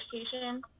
education